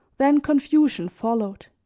then confusion followed.